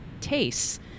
tastes